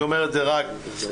אני אומר את זה רק לפרוטוקול.